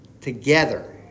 together